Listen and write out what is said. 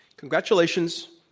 congratulations,